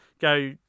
go